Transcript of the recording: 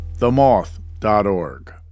themoth.org